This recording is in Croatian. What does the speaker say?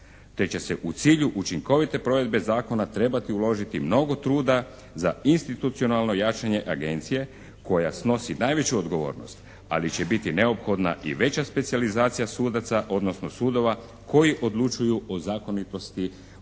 te će se u cilju učinkovite provedbe zakona trebati uložiti mnogo truda za institucionalno jačanje Agencije koja snosi najvišu odgovornost, ali će biti neophodna i veća specijalizacija sudaca, odnosno sudova koji odlučuju o zakonitosti odluka